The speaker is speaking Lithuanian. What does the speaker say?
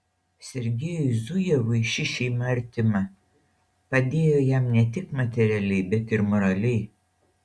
sergiejui zujevui ši šeima artima padėjo jam ne tik materialiai bet ir moraliai